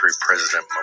President